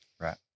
Right